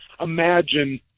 imagine